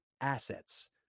assets